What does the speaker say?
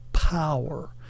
power